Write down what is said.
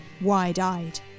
wide-eyed